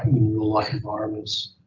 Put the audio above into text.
in real life environments.